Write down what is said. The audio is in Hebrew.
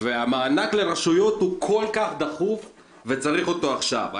המענק לרשויות הוא כל כך דחוף וצריך אותו עכשיו,